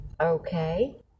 Okay